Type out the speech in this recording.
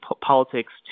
politics